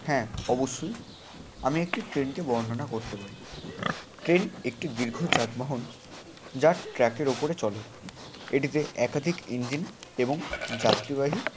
হ্যাঁ অবশ্যই আমি একটি ট্রেনকে বর্ণনা করতে পারি ট্রেন একটি দীর্ঘ যানবহন যা ট্র্যাকের ওপরে চলে এটিতে একাধিক ইঞ্জিন এবং যাত্রীবাহী